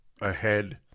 ahead